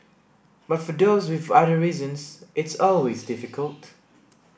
but for those with other reasons it's always difficult